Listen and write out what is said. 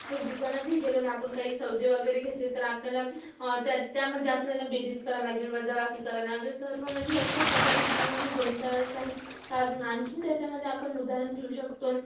जर दुकानातही गेलो ना आपण काही सौदे वगैरे घेतले तर आपल्याला त्यामध्ये आपल्याला बेरीज करायला लागेल वजाबाकी करायला लागेल सर्व म्हणजे अश्याप्रकारे जीवन हे गणितावरच आहे अजू आणखीन त्याच्यामध्ये आपण उदाहरण घेऊ शकतो